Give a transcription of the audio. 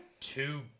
two